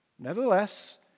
Nevertheless